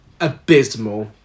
abysmal